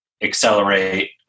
accelerate